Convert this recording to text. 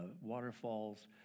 waterfalls